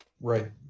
right